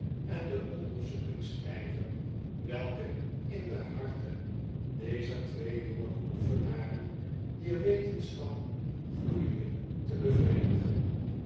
en den onderzoekingsijver welke in de harten dezer twee jonge beoefenaren dier wetenschap gloeide te bevredigen